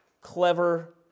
clever